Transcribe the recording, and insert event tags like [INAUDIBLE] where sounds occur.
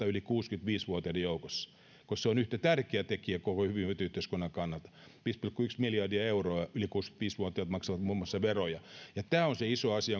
[UNINTELLIGIBLE] yli kuusikymmentäviisi vuotiaiden joukossa koska se on tärkeä tekijä koko hyvinvointiyhteiskunnan kannalta viisi pilkku yksi miljardia euroa yli kuusikymmentäviisi vuotiaat maksavat muun muassa veroja tämä on se iso asia [UNINTELLIGIBLE]